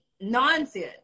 nonsense